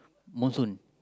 monsoon